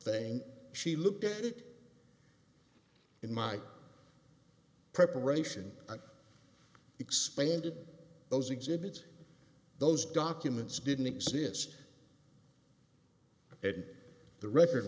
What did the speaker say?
thing she looked at it in my preparation and expanded those exhibits those documents didn't exist in the record